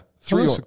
three